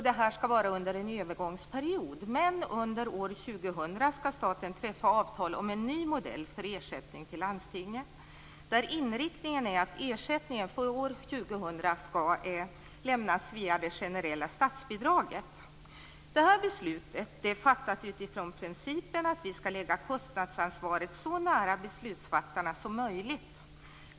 Det skall gälla under en övergångsperiod. Men under år 2000 skall staten träffa avtal om en ny modell för ersättning till landstingen, där inriktningen är att ersättningen från år 2000 skall lämnas via det generella statsbidraget. Det här beslutet har fattats utifrån principen att kostnadsansvaret skall läggas så nära beslutsfattarna som möjligt.